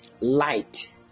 light